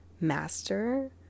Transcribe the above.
master